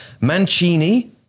Mancini